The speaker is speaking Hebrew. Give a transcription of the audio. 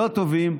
לא הטובים,